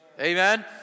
Amen